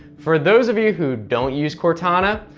for those of you who don't use cortana,